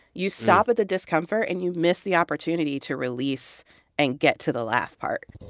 you stop at the discomfort and you miss the opportunity to release and get to the laugh part